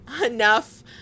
enough